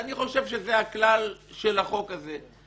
אני רואה שאתה עושה את זה יפה גם בלעדיי.